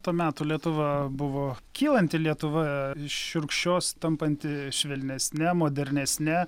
to meto lietuva buvo kylanti lietuva iš šiurkščios tampanti švelnesne modernesne